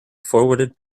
forwarded